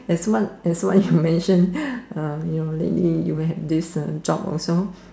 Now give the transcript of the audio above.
that's why that's why you mentioned um lately you will have this job also